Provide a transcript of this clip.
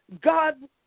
God